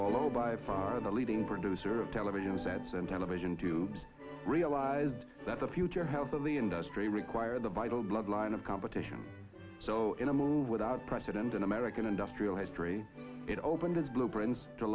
all by far the leading producer of television sets and television to realize that the future healthily industry require the vital bloodline of competition so in a move without precedent in american industrial history it opened as blueprints to